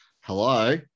hello